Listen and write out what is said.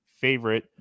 favorite